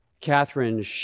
Catherine